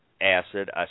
acid